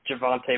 Javante